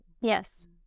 Yes